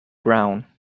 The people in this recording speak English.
ground